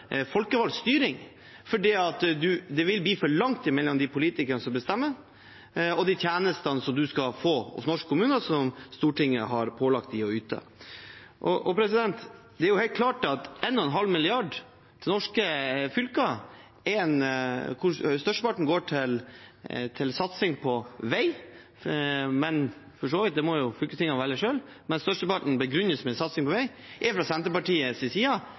langt mellom de politikerne som bestemmer, og de tjenestene som man skal få hos norske kommuner, som Stortinget har pålagt dem å yte. Det er helt klart at 1,5 mrd. kr til norske fylker, der størsteparten går til satsing på vei – det må for så vidt fylkestingene velge selv, men størsteparten begrunnes med satsing på vei – fra Senterpartiets side